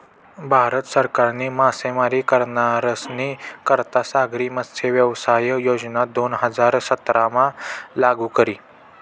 भारत सरकारनी मासेमारी करनारस्नी करता सागरी मत्स्यव्यवसाय योजना दोन हजार सतरामा लागू करी